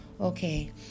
okay